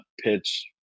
pitch